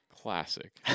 Classic